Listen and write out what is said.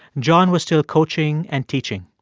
john was still coaching and teaching.